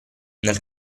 nel